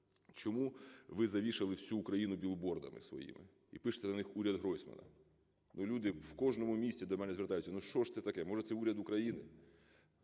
Чому ви завішали всю Україну білбордами своїми і пишете на них "уряд Гройсмана"? Люди в кожному місті до мене звертаються, що ж це таке, може, це уряд України?